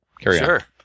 Sure